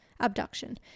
abduction